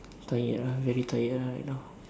tired ah very tired ah right now